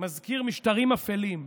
מזכיר משטרים אפלים.